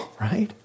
right